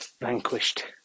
vanquished